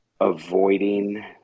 avoiding